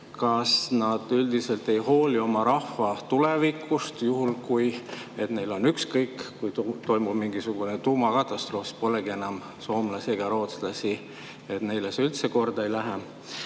Kas nad üldiselt ei hooli oma rahva tulevikust ja neil on ükskõik, et kui toimub mingisugune tuumakatastroof, siis polegi enam soomlasi ega rootslasi, neile see üldse korda ei lähe?